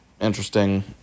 interesting